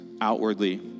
outwardly